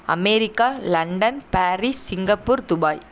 America London Paris Singapore Dubai